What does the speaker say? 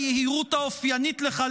ביהירות האופיינית לך,